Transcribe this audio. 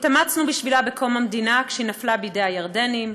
התאמצנו בשבילה בקום המדינה כשהיא נפלה בידי הירדנים,